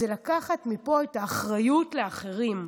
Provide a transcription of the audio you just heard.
זה לקחת מפה את האחריות לאחרים: